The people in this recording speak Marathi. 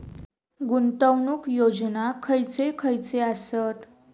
गुंतवणूक योजना खयचे खयचे आसत?